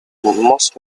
most